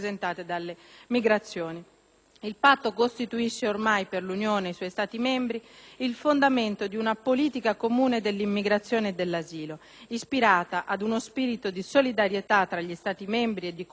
Il Patto costituisce ormai per l'Unione e i suoi Stati membri il fondamento di una politica comune dell'immigrazione e dell'asilo, ispirata ad uno spirito di solidarietà tra gli Stati membri e di cooperazione con i Paesi terzi.